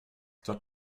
dort